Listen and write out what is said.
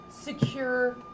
secure